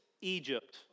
Egypt